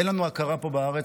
אין לנו הכרה פה בארץ,